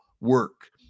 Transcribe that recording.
work